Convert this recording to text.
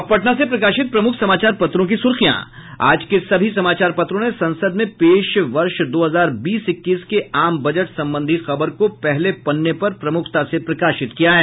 अब पटना से प्रकाशित प्रमुख समाचार पत्रों की सुर्खियां आज के सभी समाचार पत्रों ने संसद में पेश वर्ष दो हजार बीस इक्कीस के आम बजट संबंधी खबर को पहले पन्ने पर प्रमुखता से प्रकाशित किया है